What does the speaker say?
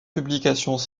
publications